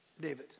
David